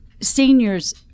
seniors